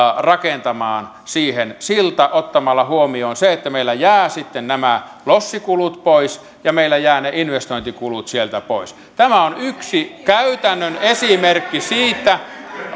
rakentamaan siihen sillan ottamalla huomioon sen että meillä jäävät sitten nämä lossikulut pois ja meillä jäävät ne investointikulut sieltä pois tämä on yksi käytännön esimerkki siitä